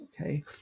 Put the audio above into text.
Okay